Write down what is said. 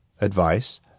advice